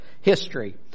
history